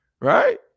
right